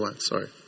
sorry